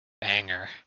banger